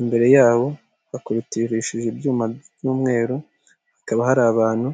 imbere yaho hakorotirishije ibyuma by' umweru , hakaba hari abantu...